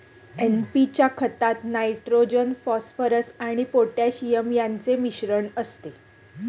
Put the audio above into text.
NP च्या खतात nitrogen, phosphorus आणि पोटॅशियम यांचे मिश्रण असते